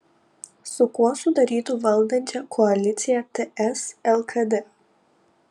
su kuo sudarytų valdančią koaliciją ts lkd